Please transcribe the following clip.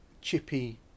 chippy